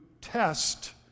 test